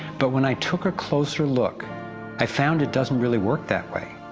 but when i took a closer look i found it doesn't really work that way.